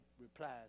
replies